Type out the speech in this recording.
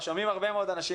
שומעים הרבה מאוד אנשים.